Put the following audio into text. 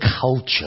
culture